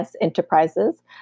Enterprises